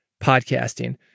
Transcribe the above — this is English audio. podcasting